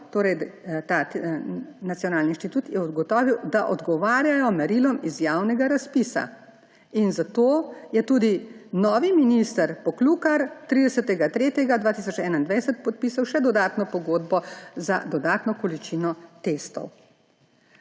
preverjeni vzorci testa − ugotovil, da odgovarjajo merilom iz javnega razpisa. Zato je tudi novi minister Poklukar 30. 3. 2021 podpisal še dodatno pogodbo za dodatno količino testov.